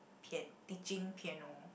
pian~ teaching piano